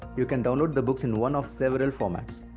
you can download the books in one of several formats.